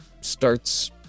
starts